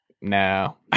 No